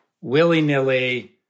willy-nilly